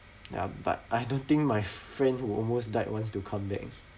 ya but I don't think my friend who almost died wants to come back